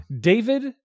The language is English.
David